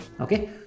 okay